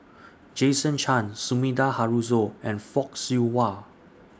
Jason Chan Sumida Haruzo and Fock Siew Wah